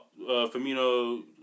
Firmino